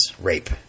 rape